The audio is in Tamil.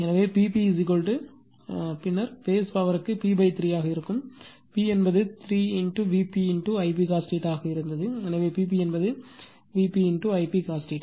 எனவே P p பின்னர் பேஸ் பவர்க்கு p 3 ஆக இருக்கும் p என்பது 3 Vp Ip cos ஆக இருந்தது எனவே Pp என்பது Vp Ip cos